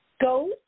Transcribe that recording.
Go